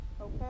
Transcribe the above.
okay